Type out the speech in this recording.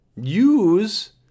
Use